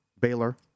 Baylor